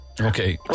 Okay